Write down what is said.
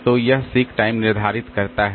तो यह seek time निर्धारित करता है